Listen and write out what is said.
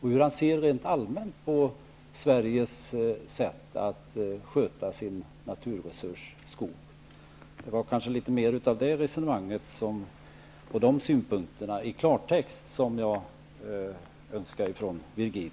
Hur ser Ivar Virgin rent allmänt på Sveriges sätt att sköta sin naturresurs skogen? Det var kanske mer av det resonemanget och de synpunkterna i klartext jag önskade från Virgin.